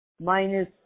Minus